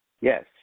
Yes